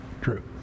True